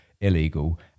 illegal